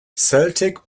celtic